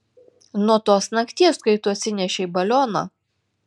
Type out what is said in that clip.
nuo tos nakties kai tu atsinešei balioną